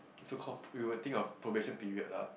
so call we were think of probation period lah